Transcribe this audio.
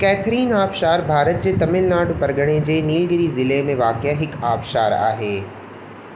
Catherine आबशारु भारत जे तमिलनाडु परॻिणे जे नीलगिरि ज़िले में वाक़िअ हिकु आबशारु आहे